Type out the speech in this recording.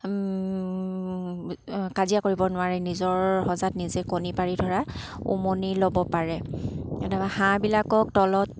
কাজিয়া কৰিব নোৱাৰে নিজৰ সজাত নিজে কণী পাৰি ধৰা উমনি ল'ব পাৰে তাৰপৰা হাঁহবিলাকক তলত